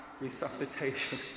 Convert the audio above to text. resuscitation